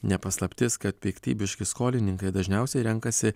ne paslaptis kad piktybiški skolininkai dažniausiai renkasi